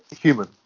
human